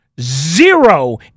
zero